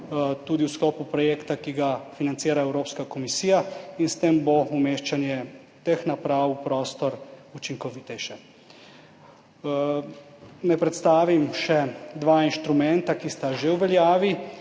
tudi v sklopu projekta, ki ga financira Evropska komisija, in s tem bo umeščanje teh naprav v prostor učinkovitejše. Naj predstavim še dva inštrumenta, ki sta že v veljavi